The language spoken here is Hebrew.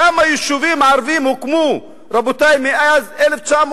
כמה יישובים ערביים הוקמו, רבותי, מאז 1948?